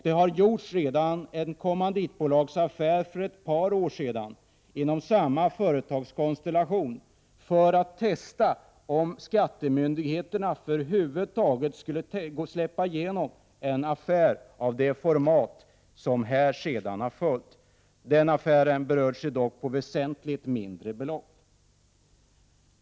Det har redan för ett par år sedan gjorts en kommanditbolagsaffär inom samma företagskonstellation för att testa om skattemyndigheterna över huvud taget skulle släppa igenom en affär av det format som här sedan har följt. Den kommanditbolagsaffären rörde dock ett väsentligt mindre belopp.